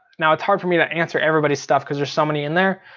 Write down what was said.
now it's hard for me to answer everybody's stuff, cause there's so many in there.